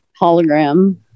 hologram